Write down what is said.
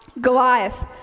Goliath